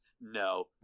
no